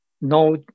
no